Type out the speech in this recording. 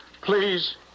Please